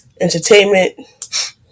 entertainment